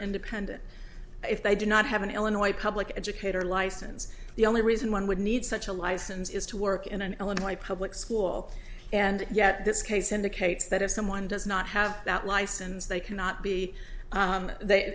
independent if they do not have an illinois public educator license the only reason one would need such a license is to work in an illinois public school and yet this case indicates that if someone does not have that license they cannot be